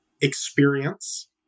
experience